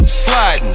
sliding